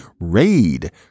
raid